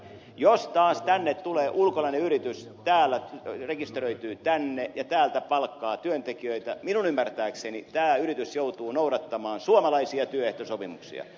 jos taas tänne tulee ulkolainen yritys rekisteröityy tänne ja täältä palkkaa työntekijöitä niin minun ymmärtääkseni tämä yritys joutuu noudattamaan suomalaisia työehtosopimuksia